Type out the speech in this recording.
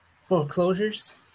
Foreclosures